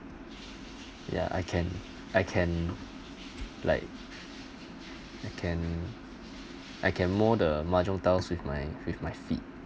ya I can I can like I can I can 莫 the mahjong tiles with my with my feet